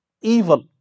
evil